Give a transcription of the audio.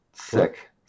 Sick